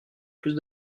plus